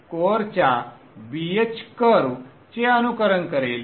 कोअरच्या BH curve चे अनुकरण करेल